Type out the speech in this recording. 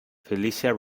felicia